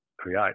create